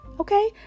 Okay